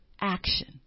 action